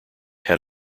had